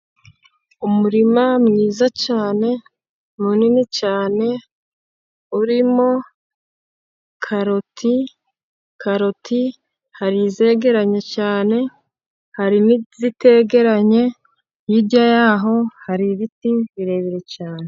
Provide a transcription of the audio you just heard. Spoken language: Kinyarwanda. Umurima mwiza cyane munini cyane, urimo karoti karoti hari izegeranye cyane hari n'izitegeranye, hirya yaho hari ibiti birebire cyane.